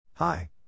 Hi